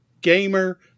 gamer